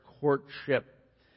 courtship